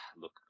look